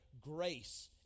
grace